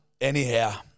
anyhow